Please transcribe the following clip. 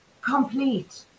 complete